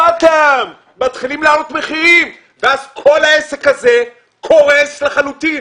מתחילים להעלות מחירים ואז כל העסק הזה קורס לחלוטין.